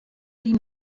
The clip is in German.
ihn